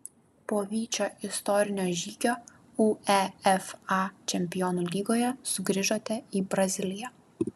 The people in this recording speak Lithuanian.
po vyčio istorinio žygio uefa čempionų lygoje sugrįžote į braziliją